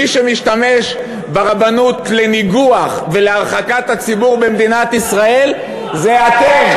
מי שמשתמש ברבנות לניגוח ולהרחקת הציבור במדינת ישראל זה אתם.